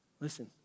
Listen